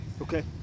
Okay